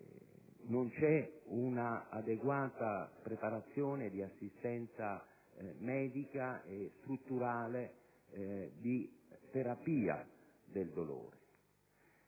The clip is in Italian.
non c'è un'adeguata preparazione all'assistenza medica e strutturale della terapia del dolore.